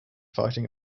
fighting